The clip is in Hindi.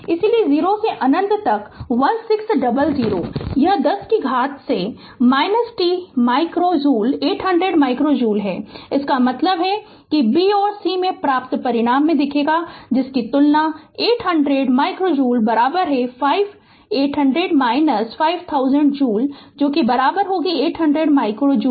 इसलिए 0 से अनंत 1600 यह 10 से घात तक है - 2 t micro joule 800 micro joule इसका मतलब है कि b और c में प्राप्त परिणाम में दिखेगा जिसकी तुलना 800 micro joule 5800 5000 joule 800 micro joule